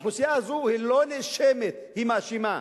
האוכלוסייה הזו היא לא נאשמת, היא מאשימה.